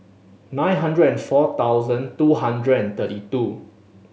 nine hundred and four thousand two hundred and thirty two